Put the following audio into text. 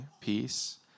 peace